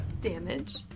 damage